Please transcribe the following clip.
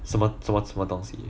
什么什么东西